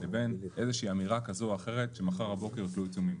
לבין איזושהי אמירה כזו או אחרת שמחר בבוקר יוטלו העיצומים.